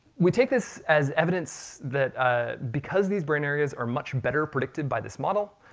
we take this as evidence that because these brain areas are much better predicted by this model,